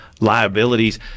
liabilities